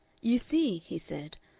you see, he said,